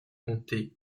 comptait